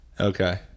Okay